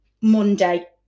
Monday